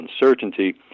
uncertainty